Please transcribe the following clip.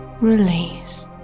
release